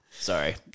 Sorry